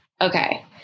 Okay